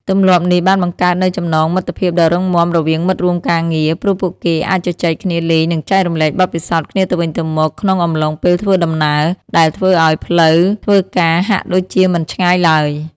ទម្លាប់នេះបានបង្កើតនូវចំណងមិត្តភាពដ៏រឹងមាំរវាងមិត្តរួមការងារ ព្រោះពួកគេអាចជជែកគ្នាលេងនិងចែករំលែកបទពិសោធន៍គ្នាទៅវិញទៅមកក្នុងអំឡុងពេលធ្វើដំណើរ ដែលធ្វើឱ្យផ្លូវធ្វើការហាក់ដូចជាមិនឆ្ងាយឡើយ។